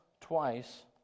twice